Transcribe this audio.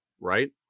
right